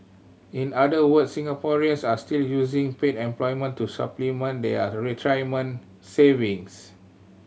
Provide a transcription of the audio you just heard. in other words Singaporeans are still using paid employment to supplement their retirement savings